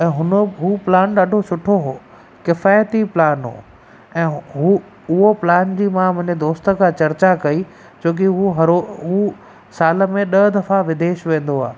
ऐं हुन उहो प्लान ॾाढो सुठो हुओ किफ़ायती प्लान हुओ ऐं उहो उहो प्लान जी मां मुंहिंजे दोस्त खां चर्चा कई छोकी उहो हर हू साल में ॾह दफ़ा विदेश वेंदो आहे